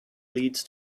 leads